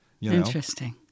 Interesting